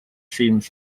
seems